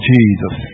Jesus